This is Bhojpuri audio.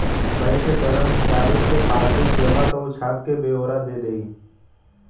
बैंक के करमचारी के पासबुक देबा त ऊ छाप क बेओरा दे देई